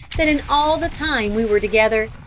that in all the time we were together,